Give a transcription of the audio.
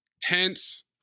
tense